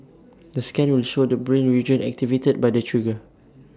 the scan will show the brain region activated by the trigger